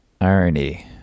Irony